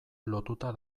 lotuta